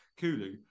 Kulu